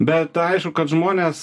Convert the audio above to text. bet aišku kad žmonės